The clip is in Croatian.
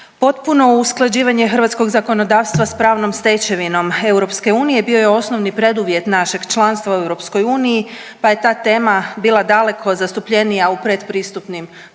Potpuno usklađivanje hrvatskog zakonodavstva sa pravnom stečevinom EU bio je osnovni preduvjet našeg članstva u EU, pa je ta tema bila daleko zastupljenija u predpristupnim pregovorima